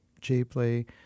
cheaply